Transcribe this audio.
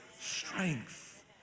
strength